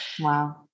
Wow